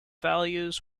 values